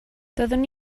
doeddwn